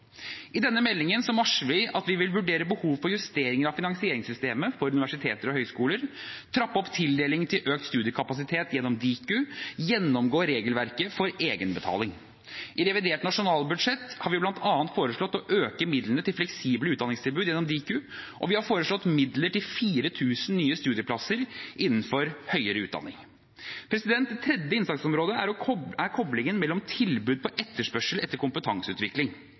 I denne meldingen varsler vi at vi vil vurdere behovet for justeringer av finansieringssystemet for universiteter og høyskoler trappe opp tildelingen til økt studiekapasitet gjennom Diku gjennomgå regelverket for egenbetaling I revidert nasjonalbudsjett har vi bl.a. foreslått å øke midlene til fleksible utdanningstilbud gjennom Diku, og vi har foreslått midler til 4 000 nye studieplasser innenfor høyere utdanning. Det tredje innsatsområdet er koblingen mellom tilbud om og etterspørsel etter kompetanseutvikling.